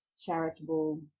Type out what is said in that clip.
charitable